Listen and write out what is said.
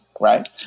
right